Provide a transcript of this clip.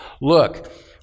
Look